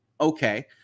Okay